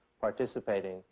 participating